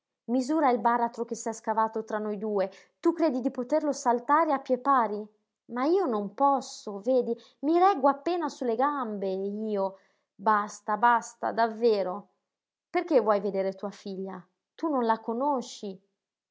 misura il baratro che s'è scavato tra noi due tu credi di poterlo saltare a piè pari ma io non posso vedi mi reggo appena su le gambe io basta basta davvero perché vuoi vedere tua figlia tu non la conosci